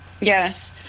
Yes